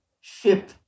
ship